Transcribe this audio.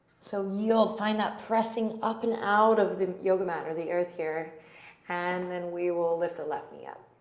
so, yield, find that pressing up and out of the yoga mat or the earth here and then we will lift the left knee up.